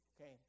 Okay